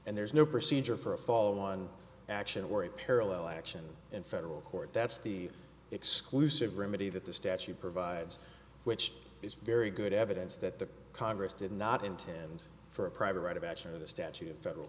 and there's no procedure for a follow on action or a parallel action in federal court that's the exclusive remedy that the statute provides which is very good evidence that the congress did not intend for a private right of action in the statute a federal